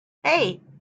hey